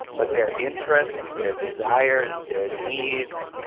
but their interests, their desires, their needs,